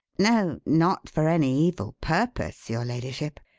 no, not for any evil purpose, your ladyship.